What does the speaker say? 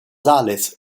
sales